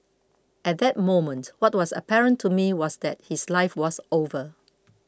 at that moment what was apparent to me was that his life was over